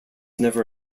never